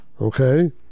Okay